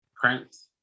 Prince